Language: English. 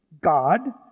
God